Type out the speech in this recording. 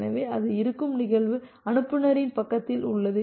எனவே அது இருக்கும் நிகழ்வு அனுப்புநரின் பக்கத்தில் உள்ளது